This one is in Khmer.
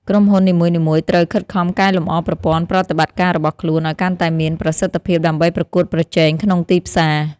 ក្រុមហ៊ុននីមួយៗត្រូវខិតខំកែលម្អប្រព័ន្ធប្រតិបត្តិការរបស់ខ្លួនឱ្យកាន់តែមានប្រសិទ្ធភាពដើម្បីប្រកួតប្រជែងក្នុងទីផ្សារ។